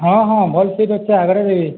ହଁ ହଁ ଭଲ୍ ସିଟ୍ ଅଛେ ଆଗ୍ଆଡ଼େ